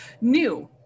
new